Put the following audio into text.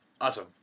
Awesome